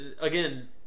again